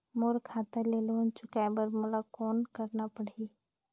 मोर खाता ले लोन चुकाय बर मोला कौन करना पड़ही?